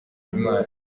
imana